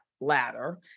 ladder